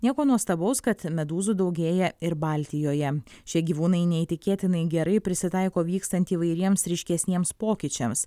nieko nuostabaus kad medūzų daugėja ir baltijoje šie gyvūnai neįtikėtinai gerai prisitaiko vykstant įvairiems ryškesniems pokyčiams